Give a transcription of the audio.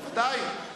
בוודאי.